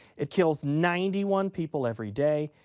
it kills ninety one people every day.